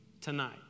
tonight